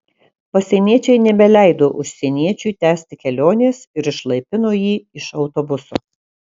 pasieniečiai nebeleido užsieniečiui tęsti kelionės ir išlaipino jį iš autobuso